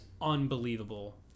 unbelievable